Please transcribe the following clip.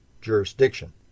jurisdiction